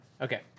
Okay